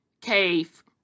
Cave